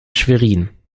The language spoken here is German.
schwerin